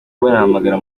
bahamagara